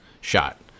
shot